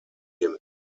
dem